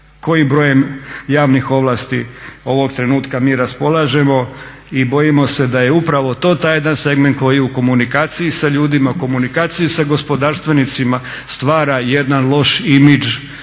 kojim brojem javnih ovlasti ovog trenutka mi raspolažemo i bojimo se da je upravo to taj jedan segment koji u komunikaciji sa ljudima, u komunikaciji sa gospodarstvenicima stvara jedan loš image